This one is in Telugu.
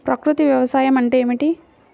ప్రకృతి వ్యవసాయం అంటే ఏమిటి?